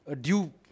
due